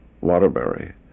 Waterbury